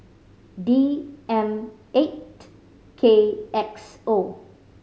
D M eight K X O